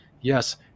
Yes